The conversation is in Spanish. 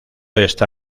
está